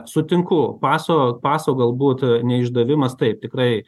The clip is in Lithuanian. sutinku paso paso galbūt neišdavimas taip tikrai